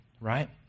Right